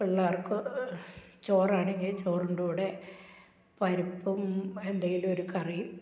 പിള്ളേര്ക്ക് ചോറാണെങ്കിൽ ചോറിന്റെ കൂടെ പരിപ്പും എന്തെങ്കിലുമൊരു കറി